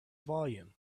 volume